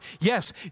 yes